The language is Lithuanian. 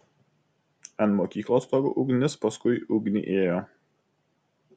ant mokyklos stogo ugnis paskui ugnį ėjo